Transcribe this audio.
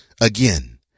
again